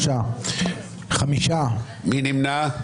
מי נמנע?